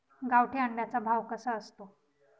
गावठी अंड्याचा भाव कसा असतो?